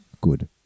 good